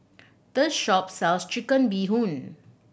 this shop sells Chicken Bee Hoon